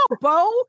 Bo